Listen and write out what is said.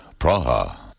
Praha